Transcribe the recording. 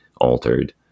altered